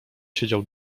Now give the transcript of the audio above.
siedział